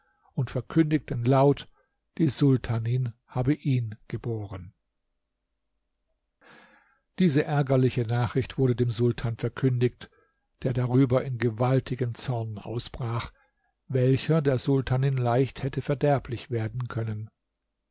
und verkündigten laut die sultanin habe ihn geboren diese ärgerliche nachricht wurde dem sultan verkündigt der darüber in gewaltigen zorn ausbrach welcher der sultanin leicht hätte verderblich werden können